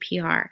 PR